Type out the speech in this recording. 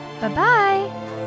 Bye-bye